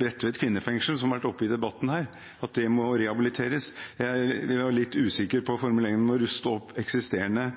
Bredtvet kvinnefengsel, som har vært oppe i debatten her, må rehabiliteres. Jeg er litt usikker på formuleringen om å ruste opp eksisterende